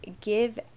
give